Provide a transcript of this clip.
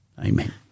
amen